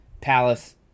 Palace